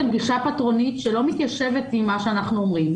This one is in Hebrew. גישה פטרונית שלא מתיישבת עם מה שאנחנו אומרים.